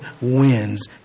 wins